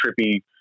trippy